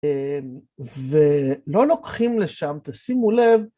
ולא לוקחים לשם, תשימו לב.